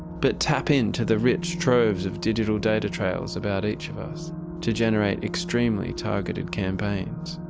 but tap in to the rich droves of digital data trails about each of us to generate extremely targeted campaigns.